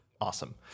Awesome